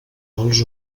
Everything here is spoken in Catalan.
als